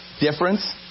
difference